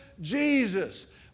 Jesus